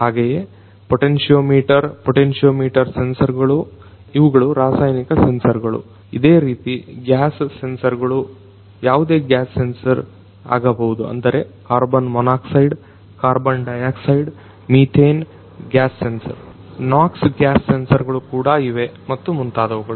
ಹಾಗೆಯೇ potentiometer potentiometer ಸೆನ್ಸರ್ಗಳು ಇವುಗಳು ರಾಸಾಯನಿಕ ಸೆನ್ಸರ್ಗಳು ಇದೇ ರೀತಿ ಗ್ಯಾಸ್ ಸೆನ್ಸರ್ಗಳು ಯಾವುದೇ ಗ್ಯಾಸ್ ಸೆನ್ಸರ್ ಆಗಬಹುದು ಅಂದರೆ carbon monoxide carbon dioxide methane gas sensor NOx gas ಸೆನ್ಸರ್ಗಳು ಕೂಡ ಇವೆ ಮತ್ತು ಮುಂತಾದವುಗಳು